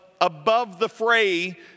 above-the-fray